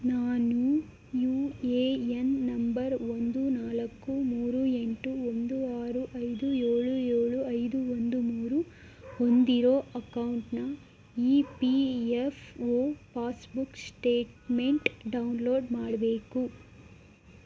ನಾನು U A N number ಒಂದು ನಾಲ್ಕು ಮೂರು ಎಂಟು ಒಂದು ಆರು ಐದು ಏಳು ಏಳು ಐದು ಒಂದು ಮೂರು ಹೊಂದಿರೊ ಅಕೌಂಟ್ನ E P F O passbook statement download ಮಾಡಬೇಕು